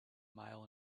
mile